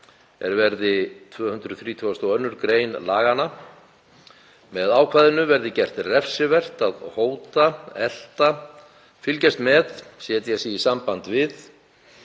er verði 232. gr. a laganna. Með ákvæðinu verði gert refsivert að hóta, elta, fylgjast með, setja sig í samband við